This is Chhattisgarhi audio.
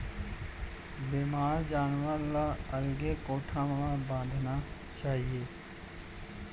बेमार जानवर ल अलगे कोठा म बांधना चाही